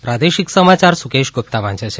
પ્રાદેશિક સમાચાર સુકેશ ગુપ્તા વાંચે છે